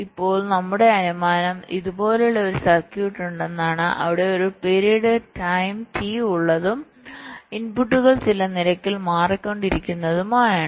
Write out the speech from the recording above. ഇപ്പോൾ നമ്മുടെ അനുമാനം ഇതുപോലെയുള്ള ഒരു സർക്യൂട്ട് ഉണ്ടെന്നാണ് അവിടെ ഒരു പിരീഡ് ടൈം ടി ഉള്ളതും ഇൻപുട്ടുകൾ ചില നിരക്കിൽ മാറിക്കൊണ്ടിരിക്കുന്നതുമാണ്